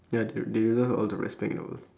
ya they deserve all the respect in the world